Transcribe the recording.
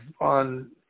on